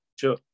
sure